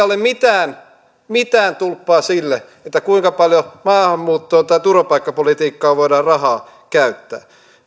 ole mitään mitään tulppaa sille kuinka paljon maahanmuuttoon tai turvapaikkapolitiikkaan voidaan rahaa käyttää